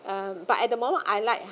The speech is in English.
um but at the moment I like